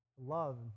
love